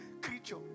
creature